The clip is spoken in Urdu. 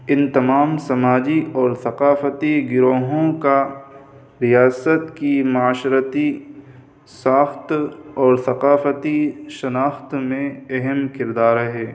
ان تمام سماجی اور ثقافتی گروہوں کا ریاست کی معاشرتی ساخت اور ثقافتی شناخت میں اہم کردار ہے